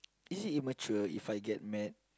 is it immature If I get mad